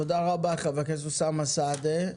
תודה רבה חבר הכנסת אוסאמה סעדי.